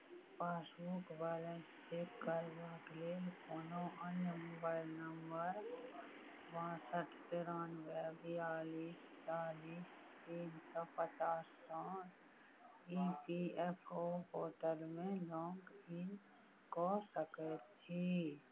passbook balance check करबाक लेल कोनो अन्य मोबाइल नंबर बासठि तेरानबे बियालिस चालीस तीन सए पचाससँ ई पी एफ ओ पोर्टलमे लॉगइन कऽ सकैत छी